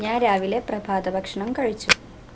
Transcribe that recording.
ഞാന് രാവിലെ പ്രഭാത ഭക്ഷണം കഴിച്ചു